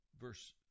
Verse